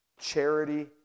charity